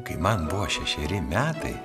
kai man buvo šešeri metai